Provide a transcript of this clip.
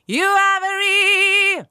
you are very